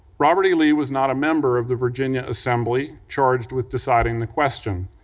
robert e. lee was not a member of the virginia assembly charged with deciding the question,